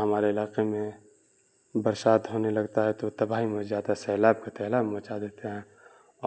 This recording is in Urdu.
ہمارے علاقے میں برسات ہونے لگتا ہے تو تباہی مچ جاتا ہے سیلاب کا تیلاب مچا دیتا ہے